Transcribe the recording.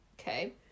Okay